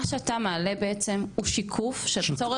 מה שאתה מעלה בעצם הוא שיקוף של צורך חברתי גדול.